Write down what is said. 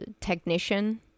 technician